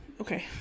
Okay